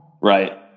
right